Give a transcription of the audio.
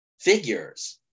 figures